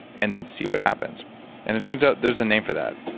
and then, see what happens and it turns out, there's a name for that.